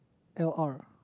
~L_R